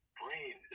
brain